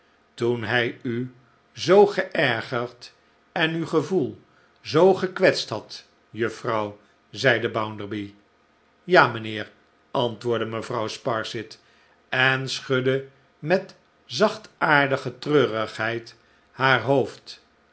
toen hij u zoo geergerd en uw gevoel zoo gekwetst had juffrouw zeide bounderby ja mijnheer antwoordde mevrouw sparsit en schudde met zachtaardige treurigheid haar hoofd